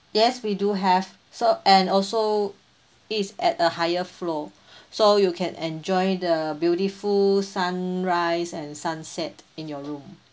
yes we do have so and also is at a higher floor so you can enjoy the beautiful sunrise and sunset in your room